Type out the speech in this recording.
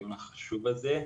הדיון החשוב הזה.